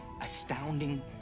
astounding